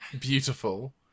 beautiful